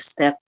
step